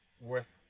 worth